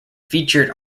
featured